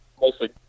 mostly